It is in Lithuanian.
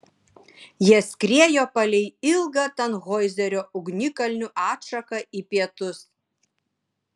jie skriejo palei ilgą tanhoizerio ugnikalnių atšaką į pietus